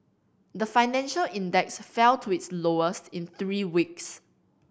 the financial index fell to its lowest in three weeks